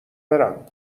برم